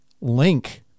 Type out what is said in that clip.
link